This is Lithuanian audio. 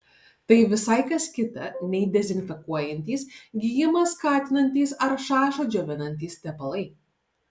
tai visai kas kita nei dezinfekuojantys gijimą skatinantys ar šašą džiovinantys tepalai